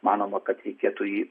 manoma kad reikėtų į